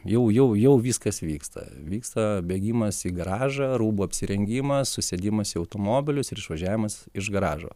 jau jau jau viskas vyksta vyksta bėgimas į garažą rūbų apsirengimas susėdimas į automobilius ir išvažiavimas iš garažo